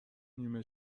نیمه